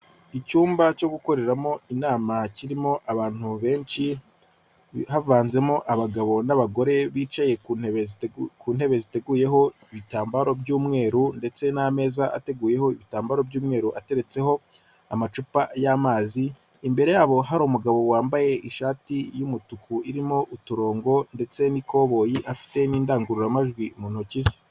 Icyumba cyo gukoreramo inama kirimo abantu benshi, havanzemo abagabo n'abagore bicaye ku ntebe ziteguyeho ibitambaro by'umweru ndetse n'ameza ateguyeho ibitambaro by'umweru ateretseho amacupa y'amazi, imbere yabo hari umugabo wambaye ishati y'umutuku irimo uturongo ndetse n'ikoboyi afite n'indangururamajwi mu ntoki ze.